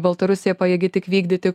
baltarusija pajėgi tik vykdyti